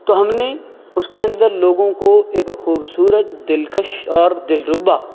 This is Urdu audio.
تو ہم نے اس کے اندر لوگوں کو ایک خوبصورت دلکش اور دلربا